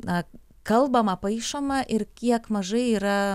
na kalbama paišoma ir kiek mažai yra